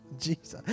Jesus